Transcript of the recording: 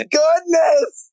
goodness